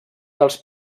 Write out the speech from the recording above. dels